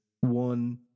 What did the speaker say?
one